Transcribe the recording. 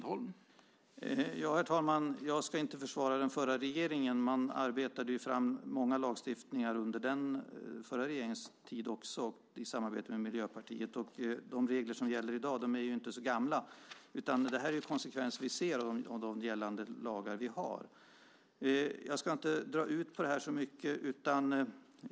Herr talman! Jag ska inte försvara den förra regeringen. Man arbetade ju fram mycket lagstiftning under den förra regeringens tid, också i samarbete med Miljöpartiet. De regler som gäller i dag är ju inte så gamla, utan det här är en konsekvens vi ser av de lagar som vi har. Jag ska inte dra ut på det här så mycket.